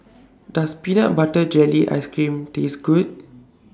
Does Peanut Butter Jelly Ice Cream Taste Good